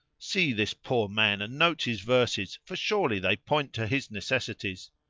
see this poor man and note his verses, for surely they point to his necessities.